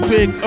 Big